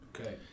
Okay